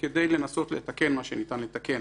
כדי לנסות לתקן מה שניתן לתקן.